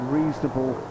reasonable